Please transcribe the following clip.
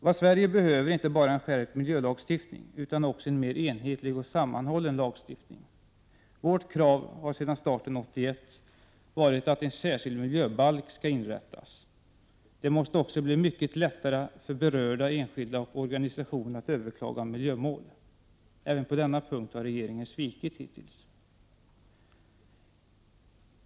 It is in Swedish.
Vad Sverige behöver är inte bara en skärpt miljölagstiftning, utan också en mer enhetlig och sammanhållen lagstiftning. Vårt krav har, sedan vi startade 1981, varit att en särskild miljöbalk skall inrättas. Det måste också bli mycket lättare för berörda enskilda och organisationer att överklaga miljömål. Även på den punkten har regeringen svikit hittills.